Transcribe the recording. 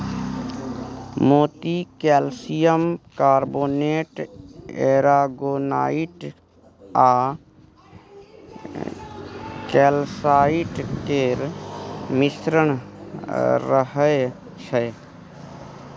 मोती calcium carbonate, aragonite आ calcite केर मिश्रण रहय छै